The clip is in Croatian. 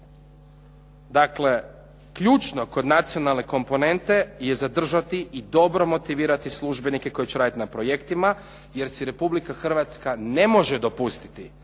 Dakle, ključno kod nacionalne komponente je zadržati i dobro motivirati službenike koji će raditi na projektima jer si Republika Hrvatska ne može dopustiti